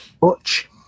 Butch